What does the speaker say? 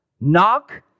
knock